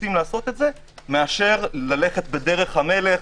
מאשר ללכת בדרך המלך,